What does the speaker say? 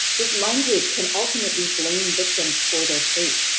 this language can ultimately blame victims for their fate.